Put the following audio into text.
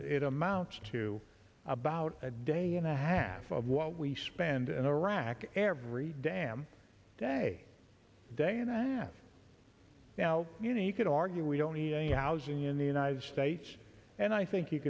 it amounts to about a day and a half of what we spend in iraq every damn day day and a half now you know you could argue we don't need any housing in the united states and i think you